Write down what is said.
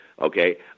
okay